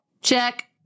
check